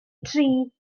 tri